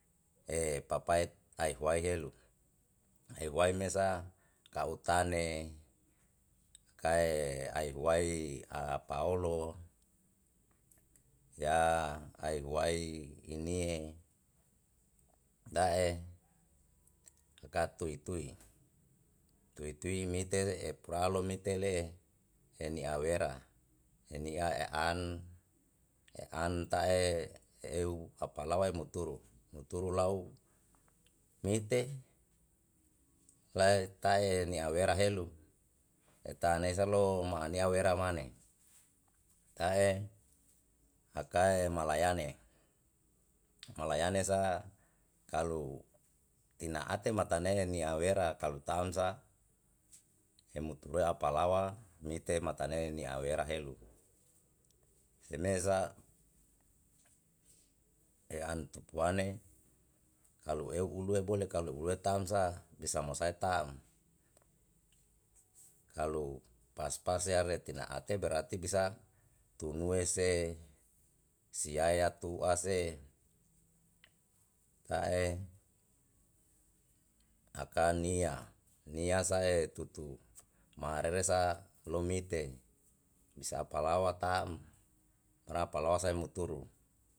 papae ae huae helu ae huae mesa ka'u tane kae ae huai a pa olo ya ae huae inie da'e ka tui tui, tui tui mite epuralo mite le eni awera eni a e'an e'an tae eu apalawae muturu muturu lau mite lae tae ni'a wera helu eta nesa lo ma'anea wera mane tae makae malayane malayane sa kalu ina ate matane nia wera kalu taun sa emutu ra apalawa mite matane ni'a wera helu imesa e'an tupuane kalu eu ulue bole kalu ulue tam sa bisa mo sa taa'm kalu pas pas sea retina ate berati bisa tunue se siaya tu ase ta'e akania nia sae tutu mareresa lou mite bisa apalaua taa'am barang apalaua sau muturu.